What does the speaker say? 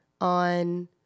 on